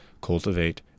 cultivate